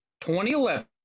2011